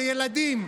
לילדים,